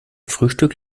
frühstück